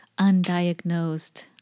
undiagnosed